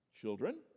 Children